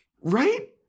Right